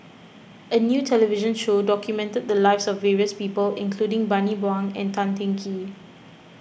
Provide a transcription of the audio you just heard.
a new television show documented the lives of various people including Bani Buang and Tan Teng Kee